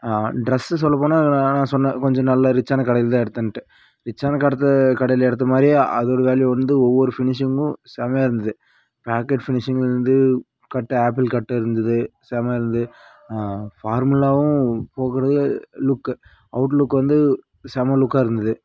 dress சொல்லப் போனால் நான் சொன்னேன் கொஞ்சம் நல்ல ரிச்சான கடையில் தான் எடுத்தேன்ட்டு ரிச்சான கடத் கடையில் எடுத்த மாதிரியே அதோடய வேல்யூ வந்து ஒவ்வொரு ஃபினிஷிங்கும் செம்மையாயிருந்துது பாக்கெட் ஃபினிஷிங்கிலிருந்து கட் ஆப்பிள் கட் இருந்தது செம்மையாக இருந்தது ஃபார்மலாகவும் போக லுக்கு அவுட் லுக் வந்து செம்ம லுக்காக இருந்தது